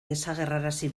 desagerrarazi